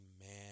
amen